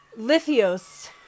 Lithios